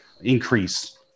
increase